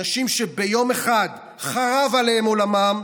אנשים שביום אחד חרב עליהם עולמם,